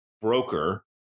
broker